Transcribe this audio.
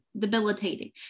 Debilitating